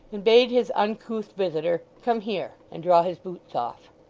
and bade his uncouth visitor come here and draw his boots off.